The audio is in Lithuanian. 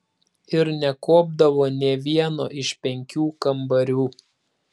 ir nekuopdavo nė vieno iš penkių kambarių